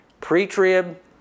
pre-trib